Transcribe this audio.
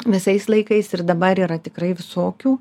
visais laikais ir dabar yra tikrai visokių